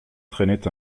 traînaient